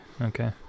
Okay